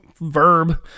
verb